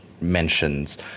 mentions